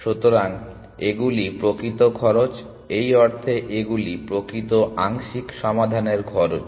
সুতরাং এগুলি প্রকৃত খরচ এই অর্থে এগুলি প্রকৃত আংশিক সমাধানের খরচ